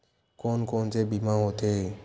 कोन कोन से बीमा होथे?